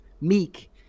Meek